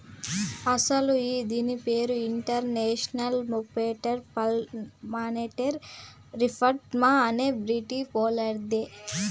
అస్సలు ఇది దీని పేరు international movement for monetary reform అనే బ్రిటీషోల్లదిలే